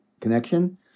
connection